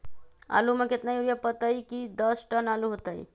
आलु म केतना यूरिया परतई की दस टन आलु होतई?